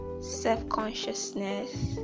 self-consciousness